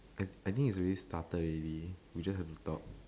I I thin it's already started already you just have to talk